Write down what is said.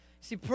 see